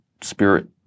spirit